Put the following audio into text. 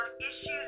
issues